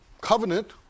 covenant